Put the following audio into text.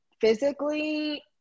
physically –